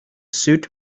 suit